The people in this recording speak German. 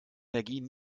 energien